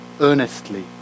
earnestly